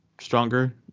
stronger